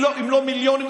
מיליונים,